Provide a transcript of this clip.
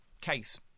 Case